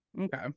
Okay